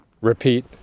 Repeat